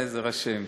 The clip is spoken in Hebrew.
בעזר השם.